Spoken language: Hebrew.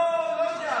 לא יודע,